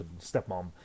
stepmom